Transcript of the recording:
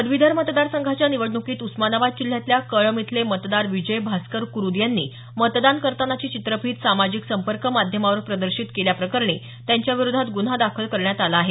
पदवीधर मतदार संघाच्या निवडणुकीत उस्मानाबाद जिल्ह्यातल्या कळब इथले मतदार विजय भास्कर कुरुद यांनी मतदान करतानाची चित्रफीत सामाजिक संपर्क माध्यमावर प्रदर्शित केल्याप्रकरणी त्यांच्याविरोधात गुन्हा दाखल करण्यात आला आहे